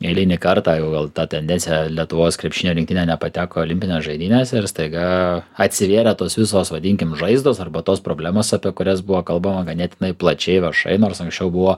eilinį kartą jau gal ta tendencija lietuvos krepšinio rinktinė nepateko į olimpines žaidynes ir staiga atsivėrė tos visos vadinkim žaizdos arba tos problemos apie kurias buvo kalbama ganėtinai plačiai viešai nors anksčiau buvo